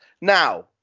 Now